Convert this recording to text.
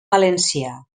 valencià